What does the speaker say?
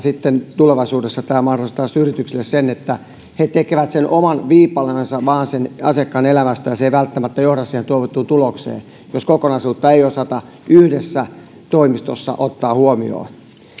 sitten tulevaisuudessa tämä mahdollistaisi yritykselle sen että he tekevät vain sen oman viipaleensa sen asiakkaan elämästä ja se ei välttämättä johda siihen toivottuun tulokseen jos kokonaisuutta ei osata yhdessä toimistossa ottaa huomioon